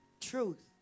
truth